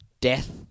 Death